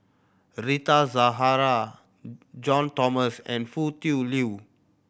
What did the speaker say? Rita Zahara John and Foo Tui Liew